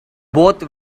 both